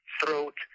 throat